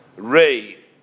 ray